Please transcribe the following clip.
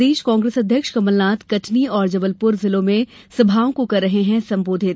प्रदेश कांग्रेस अध्यक्ष कमलनाथ कटनी और जबलपुर जिले में सभाओं को कर रहे हैं संबोधित